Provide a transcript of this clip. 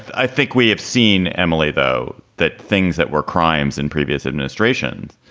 i think we have seen emily, though, that things that were crimes in previous administrations,